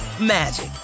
magic